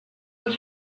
what